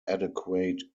adequate